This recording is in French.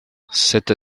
cette